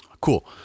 cool